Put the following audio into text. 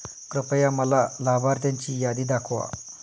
कृपया मला लाभार्थ्यांची यादी दाखवा